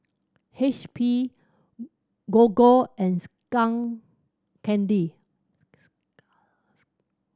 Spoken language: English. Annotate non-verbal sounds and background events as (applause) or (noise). H P Gogo and Skull Candy (unintelligible)